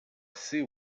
see